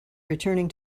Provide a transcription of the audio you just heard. returning